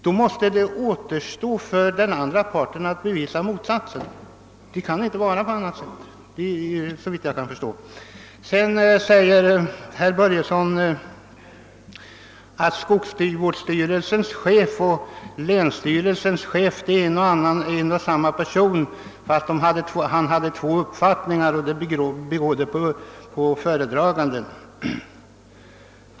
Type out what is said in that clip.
Det måste då vara den andra partens sak att bevisa motsatsen. Det kan såvitt jag förstår inte förhålla sig på annat sätt. Därefter säger herr Börjesson att skogsvårdsstyrelsens chef och länsstyrelsens chef är en och samma person och att han skiftat uppfattning på grund av inflytande från föredraganden.